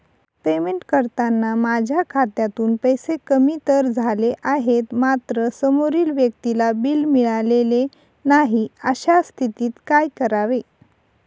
Payment करताना माझ्या खात्यातून पैसे कमी तर झाले आहेत मात्र समोरील व्यक्तीला बिल मिळालेले नाही, अशा स्थितीत काय करावे?